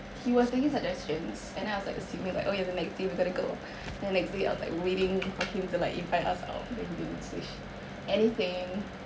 he was taking suggestions and then I was like assuming like oh it's an activity we gotta go then the next day I was like waiting for him to like invite us out and then he didn't say anything